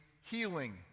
healing